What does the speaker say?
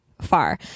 far